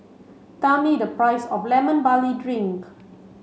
tell me the price of lemon barley drink